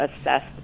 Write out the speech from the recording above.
assessed